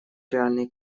реальный